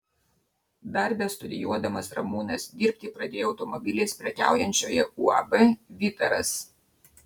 dar bestudijuodamas ramūnas dirbti pradėjo automobiliais prekiaujančioje uab vytaras